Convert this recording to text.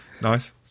Nice